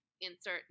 Insert